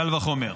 קל וחומר.